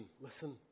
Listen